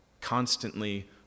constantly